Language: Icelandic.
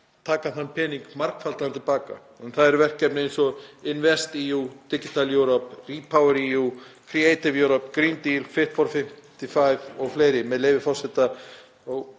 þann pening til baka. Það eru verkefni eins og InvestEU, Digital Europe, RePowerEU, Creative Europe, Green Deal, Fit for 55 og fleiri, með leyfi forseta,